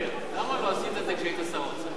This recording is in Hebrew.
למה לא עשית את זה כשהיית שר אוצר?